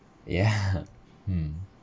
yeah mm